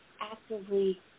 actively